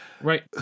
Right